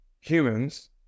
humans